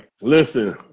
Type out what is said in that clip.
Listen